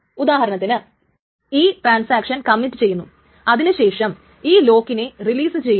ഉദാഹരണത്തിന് ഈ transaction commit ചെയ്യുന്നു അതിനുശേഷം ഈ ലോക്കിനെ റിലീസ് ചെയ്യുന്നു